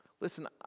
Listen